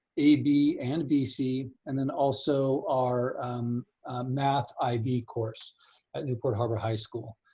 ab and bc. and then, also, our math ib course at newport harbor high school.